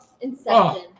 inception